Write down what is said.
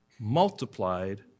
multiplied